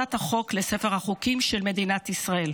בהכנסת החוק לספר החוקים של מדינת ישראל.